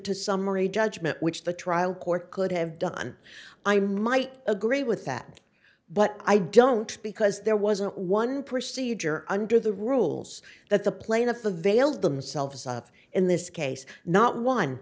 to summary judgment which the trial court could have done i might agree with that but i don't because there wasn't one procedure under the rules that the plaintiff availed themselves of in this case not one